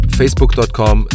facebook.com